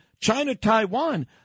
China-Taiwan